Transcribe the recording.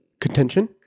Contention